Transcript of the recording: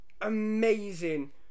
amazing